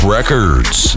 Records